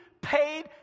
paid